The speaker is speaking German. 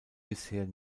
bisher